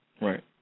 right